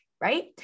right